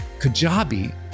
Kajabi